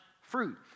fruit